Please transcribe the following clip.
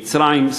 במצרים,